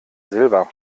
silber